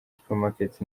supermarket